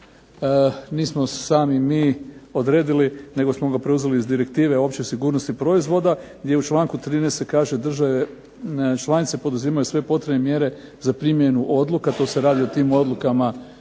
nismo sami mi odredili nego smo ga preuzeli iz direktive opće sigurnosti proizvoda, gdje u članku 13. se kaže države članice poduzimaju sve potrebne mjere za primjenu odluka, to se radi o tim odlukama